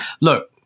look